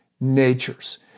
natures